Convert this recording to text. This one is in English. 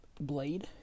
Blade